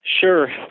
Sure